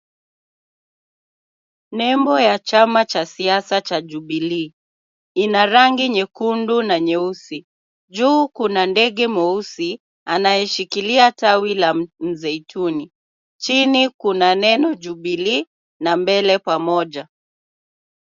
Nembo ya chama cha siasa cha Jubilee. Ina rangi nyekundu na nyeusi. Juu kuna ndege mweusi anayeshikilia tawi la mzaituni. Chini kuna neno Jubilee na mbele pamoja.